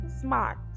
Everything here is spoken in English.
smart